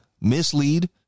mislead